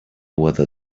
whether